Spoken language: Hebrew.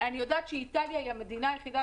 אני יודעת שאיטליה היא המדינה היחידה